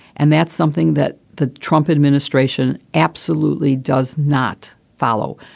and that's something that the trump administration absolutely does not follow.